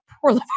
poor